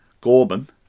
Gorman